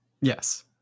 yes